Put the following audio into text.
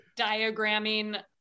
diagramming